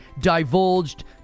divulged